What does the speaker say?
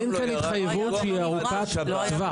אין כאן התחייבות שהיא ארוכת טווח.